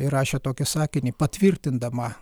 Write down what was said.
įrašė tokį sakinį patvirtindama